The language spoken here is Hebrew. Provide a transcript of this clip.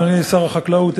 אדוני שר החקלאות,